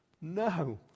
No